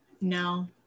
No